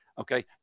okay